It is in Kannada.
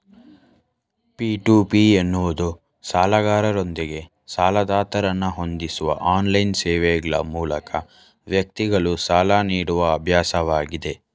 ಪಿ.ಟು.ಪಿ ಎನ್ನುವುದು ಸಾಲಗಾರರೊಂದಿಗೆ ಸಾಲದಾತರನ್ನ ಹೊಂದಿಸುವ ಆನ್ಲೈನ್ ಸೇವೆಗ್ಳ ಮೂಲಕ ವ್ಯಕ್ತಿಗಳು ಸಾಲ ನೀಡುವ ಅಭ್ಯಾಸವಾಗಿದೆ